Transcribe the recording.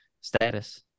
status